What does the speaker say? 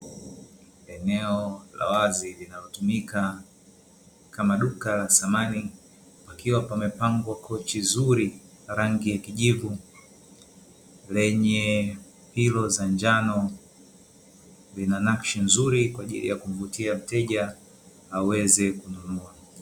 Eneo la wazi linalotumika kama duka la samani, pakiwa pamepambwa kochi zuri la rangi ya kijivu lenye pilo za njano, lina nakshi nzuri kwaajili ya kumvutia mteja aweze kununua.